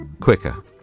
quicker